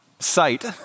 sight